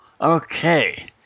Okay